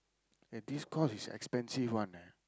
eh this course is expensive one eh